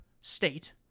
state